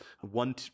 One